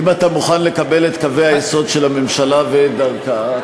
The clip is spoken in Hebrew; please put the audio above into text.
אם אתה מוכן לקבל את קווי היסוד של הממשלה ואת דרכה,